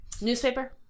newspaper